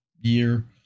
year